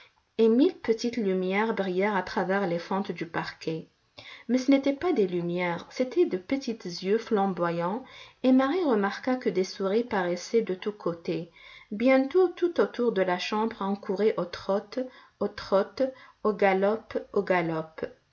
et mille petites lumières brillèrent à travers les fentes du parquet mais ce n'étaient pas des lumières c'étaient de petits yeux flamboyants et marie remarqua que des souris paraissaient de tous côtés bientôt tout autour de la chambre on courait au trot au trot au galop au galop